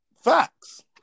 facts